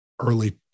Early